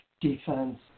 defense